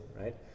right